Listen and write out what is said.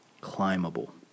climbable